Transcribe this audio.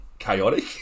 chaotic